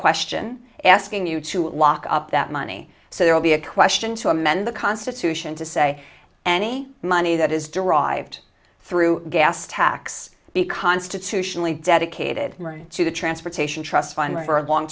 question asking you to lock up that money so there will be a question to amend the constitution to say any money that is derived through a gas tax be constitutionally dedicated to the transportation trust fund for a long